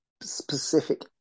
specific